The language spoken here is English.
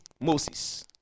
Moses